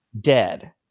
dead